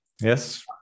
yes